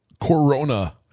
corona